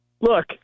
Look